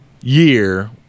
year